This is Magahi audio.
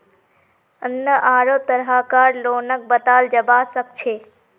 यन्ने आढ़ो तरह कार लोनक बताल जाबा सखछे